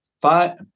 five